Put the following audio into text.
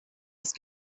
ist